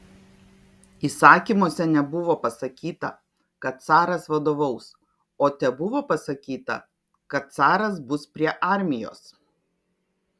įsakymuose nebuvo pasakyta kad caras vadovaus o tebuvo pasakyta kad caras bus prie armijos